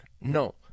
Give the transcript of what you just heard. No